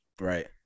Right